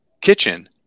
kitchen